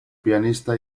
pianista